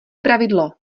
pravidlo